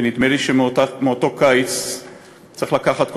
ונדמה לי שמאותו קיץ צריך לקחת,